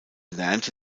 lernte